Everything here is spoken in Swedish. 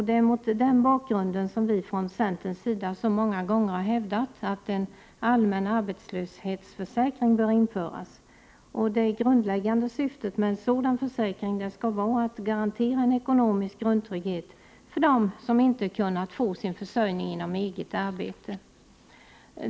Det är mot den bakgrunden vi från centern så många gånger har hävdat att en allmän arbetslöshetsförsäkring bör införas. Det grundläggande syftet med en sådan försäkring skall vara att garantera en ekonomisk grundtrygghet för den som inte kunnat få sin försörjning genom eget arbete.